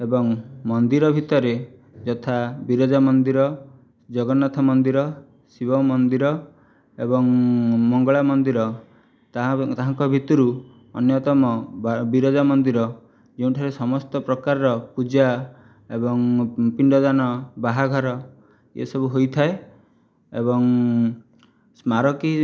ଏବଂ ମନ୍ଦିର ଭିତରେ ଯଥା ବିରଜା ମନ୍ଦିର ଜଗନ୍ନାଥ ମନ୍ଦିର ଶିବ ମନ୍ଦିର ଏବଂ ମଙ୍ଗଳା ମନ୍ଦିର ତାହା ତାହାଙ୍କ ଭିତରୁ ଅନ୍ୟତମ ବିରଜା ମନ୍ଦିର ଯେଉଁଠାରେ ସମସ୍ତ ପ୍ରକାରର ପୂଜା ଏବଂ ପିଣ୍ଡଦାନ ବାହାଘର ଏସବୁ ହୋଇଥାଏ ଏବଂ ସ୍ମାରକୀ